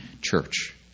church